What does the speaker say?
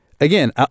again